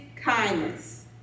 kindness